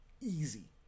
Easy